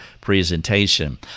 presentation